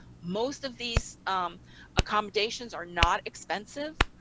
most of these accommodations are not expensive,